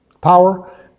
power